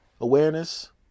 Awareness